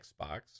Xbox